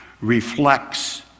reflects